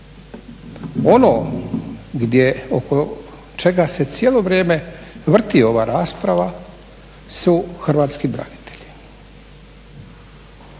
oko čega se cijelo vrijeme vrti ova rasprava su hrvatski branitelji.